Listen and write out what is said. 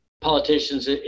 politicians